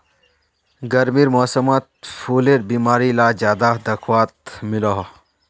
गर्मीर मौसमोत फुलेर बीमारी ला ज्यादा दखवात मिलोह